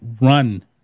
run